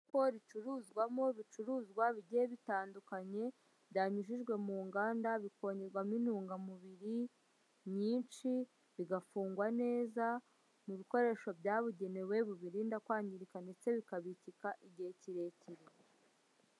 Isoko ricuruzwamo ibicuruzwa bigiye bitandukanye byanyujijwe mu nganda bikongerwamo intungamubiri nyinshi, bigafungwa neza mu bikoresho byabugenewe bibirinda kwangirika ndetse bikabikika igihe kirekire.